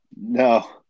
No